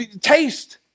taste